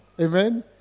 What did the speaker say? Amen